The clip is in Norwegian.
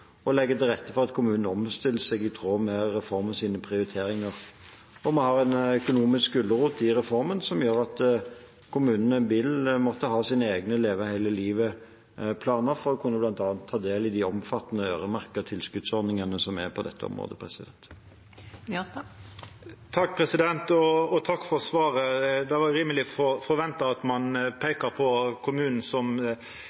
og lagt til rette for at kommunene omstiller seg i tråd med reformens prioriteringer. Vi har en økonomisk gulrot i reformen som gjør at kommunene vil måtte ha sine egne Leve hele livet-planer for bl.a. å kunne ta del i de omfattende øremerkede tilskuddsordningene som er på dette området. Takk for svaret. Det var rimeleg forventa at ein peikar på kommunen som lokalt sjølvstyre. Utfordringa i denne kommunen er jo at